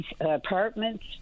apartments